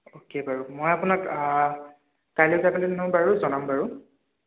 okay বাৰু মই আপোনাক কাইলৈ বাৰু জনাম বাৰু